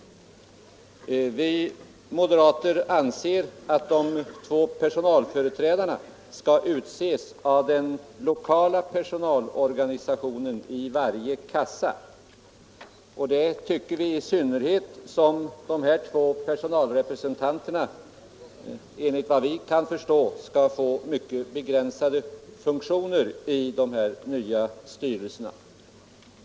Vi moderater anser att de två personalrepresentanterna skall utses av den lokala personalorganisationen i varje kassa, detta så mycket mer som de enligt vad vi kan förstå skall få mycket begränsade funktioner i de nya styrelserna.